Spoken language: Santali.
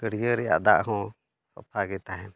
ᱜᱟᱹᱰᱭᱟᱹ ᱨᱮᱭᱟᱜ ᱫᱟᱜ ᱦᱚᱸ ᱥᱟᱯᱷᱟ ᱜᱮ ᱛᱟᱦᱮᱱᱟ